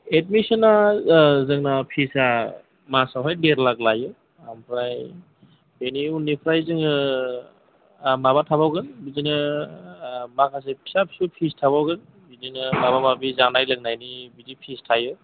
एडमिसना जोंना फिसआ मासावहाय देर लाख लायो ओमफ्राय बेनि उननिफ्राय जोङो माबा थाबावगोन बिदिनो ओ माखासे फिसा फिसौ फिस थाबावगोन बिदिनो माबा माबि जानाय लोंनायनि बिदि फिस थायो